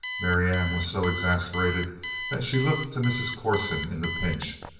marianne was so exasperated that she looked to mrs. corson in the pinch,